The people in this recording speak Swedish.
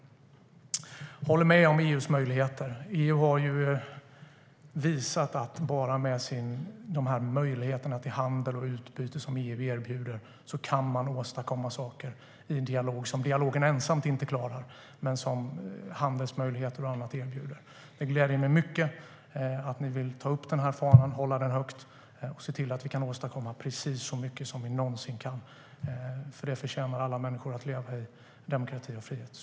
Jag håller med om EU:s möjligheter. EU har visat att med de möjligheter till handel och utbyte som EU erbjuder kan man åstadkomma saker som man inte klarar med enbart dialogen men som handelsmöjligheter och annat erbjuder. Det gläder mig mycket att ni vill ta upp den här fanan, hålla den högt och se till att vi kan åstadkomma precis så mycket som vi någonsin kan. Alla människor förtjänar att leva i demokrati och frihet.